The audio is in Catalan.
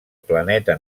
planeta